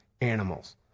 animals